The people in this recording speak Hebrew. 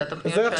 אלה תוכניות שהיו?